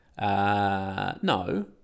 No